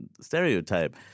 stereotype